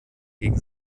gegen